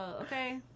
okay